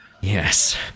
Yes